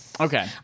Okay